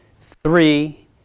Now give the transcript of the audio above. Three